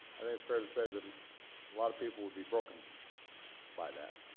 i think it's fair to say that a lot of people would be broken by that.